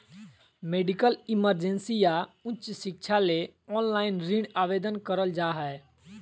medical emergency या उच्च शिक्षा ले ऑनलाइन ऋण आवेदन करल जा हय